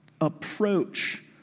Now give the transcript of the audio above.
approach